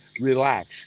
relax